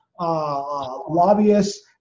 lobbyists